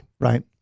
Right